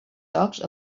jocs